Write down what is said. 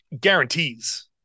guarantees